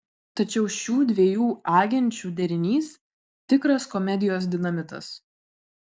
tačiau šių dviejų agenčių derinys tikras komedijos dinamitas